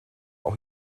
auch